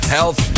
Health